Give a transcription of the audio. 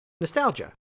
nostalgia